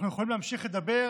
אנחנו יכולים להמשיך לדבר